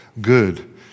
good